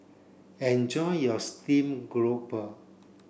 enjoy your steamed grouper